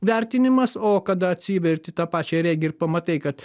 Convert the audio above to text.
vertinimas o kada atsiverti tą pačią regiją ir pamatai kad